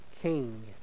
king